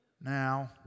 Now